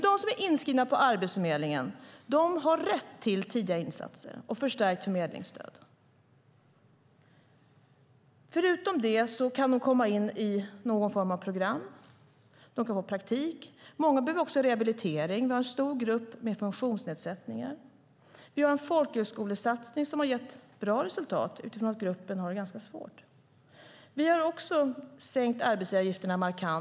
De som är inskrivna på Arbetsförmedlingen har rätt till tidiga insatser och förstärkt förmedlingsstöd. Förutom det kan de komma in i någon form av program. De kan få praktik. Många behöver också rehabilitering. Vi har en stor grupp med funktionsnedsättningar. Vi har en folkhögskolesatsning som har gett bra resultat, utifrån att den gruppen har det ganska svårt. Vi har också sänkt arbetsgivaravgifterna markant.